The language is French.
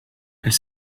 elle